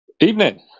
Evening